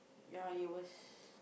ya it was